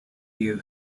you